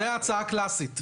זאת הצעה קלאסית.